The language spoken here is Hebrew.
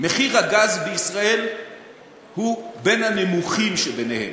מחיר הגז בישראל הוא בין הנמוכים שבהן.